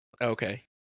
Okay